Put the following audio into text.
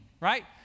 right